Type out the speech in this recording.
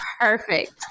perfect